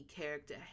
character